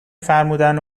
فرمودن